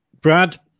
Brad